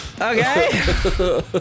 Okay